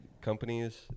companies